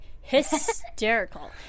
Hysterical